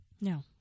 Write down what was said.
no